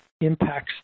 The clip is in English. impacts